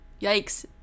Yikes